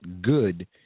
good